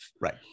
right